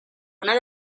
una